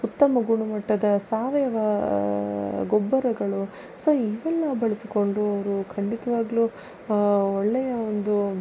ಉತ್ತಮ ಗುಣಮಟ್ಟದ ಸಾವಯವ ಗೊಬ್ಬರಗಳು ಸೊ ಇವೆಲ್ಲ ಬಳಸಿಕೊಂಡು ಅವರು ಖಂಡಿತವಾಗಲೂ ಒಳ್ಳೆಯ ಒಂದು